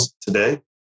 today